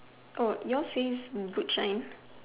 Oh yours says boot shine